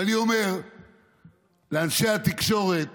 ואני אומר לאנשי התקשורת